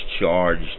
charged